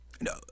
No